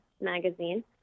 magazine